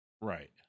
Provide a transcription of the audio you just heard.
Right